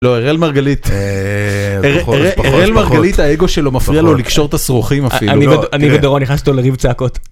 לא הראל מרגלית, הראל מרגלית האגו שלו מפריע לו לקשור את השרוכים אפילו, אני ודורון נכנסנו לריב צעקות.